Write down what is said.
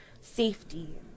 safety